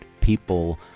people